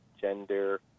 gender